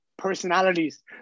Personalities